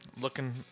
looking